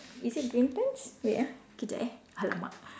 is it green pants wait ah kejap eh !alamak!